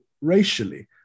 racially